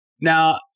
Now